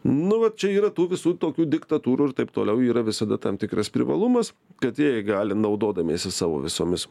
nu va čia yra tų visų tokių diktatūrų ir taip toliau yra visada tam tikras privalumas kad jieji gali naudodamiesi savo visomis